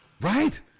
Right